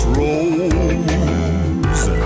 rose